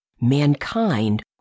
mankind